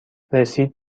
رسید